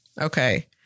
Okay